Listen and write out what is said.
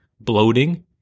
bloating